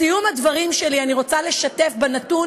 בסיום הדברים שלי אני רוצה לשתף בנתון